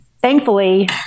thankfully